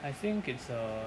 I think it's err